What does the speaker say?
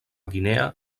guinea